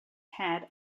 had